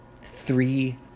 Three